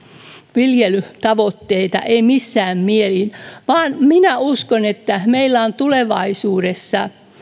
viljelytavoitteita ei missään mielin vaan minä uskon että meillä on tulevaisuudessa